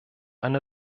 einer